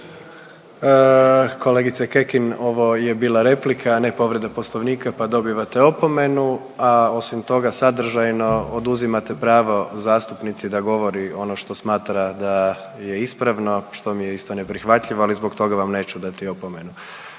Kolegice Kekin, ovo je bila replika, a ne povreda Poslovnika, pa dobivate opomenu, a osim toga, sadržajno oduzimate pravo zastupnici da govori ono što smatra da je ispravno, što mi je isto neprihvatljivo, ali zbog toga vam neću dati opomenu.